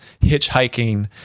hitchhiking